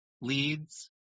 Leads